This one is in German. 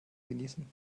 genießen